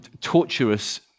torturous